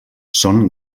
són